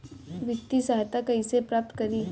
वित्तीय सहायता कइसे प्राप्त करी?